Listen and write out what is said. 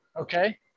Okay